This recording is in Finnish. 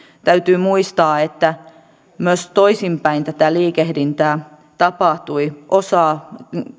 täytyy muistaa että myös toisinpäin tätä liikehdintää tapahtui osa